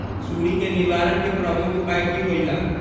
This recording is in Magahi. सुडी के निवारण के प्रमुख उपाय कि होइला?